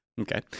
Okay